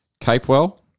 Capewell